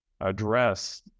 address